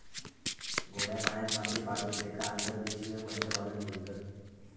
गोड्या पाण्यात मासे पाळतत तेका अंतर्देशीय मत्स्यपालन बोलतत